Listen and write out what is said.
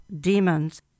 demons